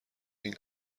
این